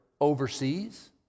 overseas